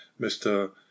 Mr